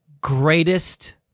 greatest